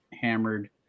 hammered